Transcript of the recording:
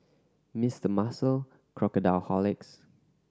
Mister Muscle Crocodile Horlicks